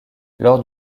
lors